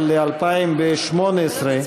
אבל ל-2018,